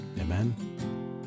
Amen